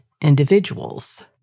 individuals